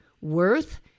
worth